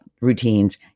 routines